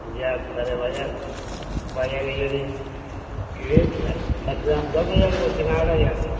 যাক তাহলে বাজার বাজারে যদি রেট এক গ্রাম দশ হাজার বলছেন আট হাজার